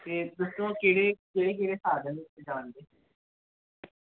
फिर दस्सो केह्ड़े केह्ड़े साधन आंदे